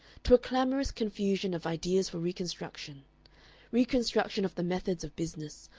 to a clamorous confusion of ideas for reconstruction reconstruction of the methods of business,